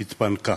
התפנקה.